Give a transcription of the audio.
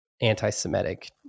anti-Semitic